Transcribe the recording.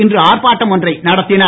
இன்று ஆர்ப்பாட்டம் ஒன்றை நடத்தினர்